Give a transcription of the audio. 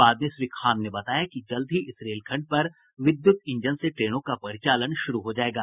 बाद में श्री खान ने बताया कि जल्द ही इस रेलखंड पर विद्युत इंजन से ट्रेनों का परिचालन शुरू हो जायेगा